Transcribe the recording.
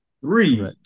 Three